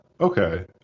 Okay